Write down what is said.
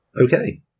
Okay